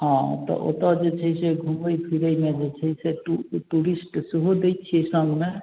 हँ तऽ ओतऽ जे छै से घुमै फिरैमे जे छै से टू टूरिस्ट सेहो दै छिए सङ्गमे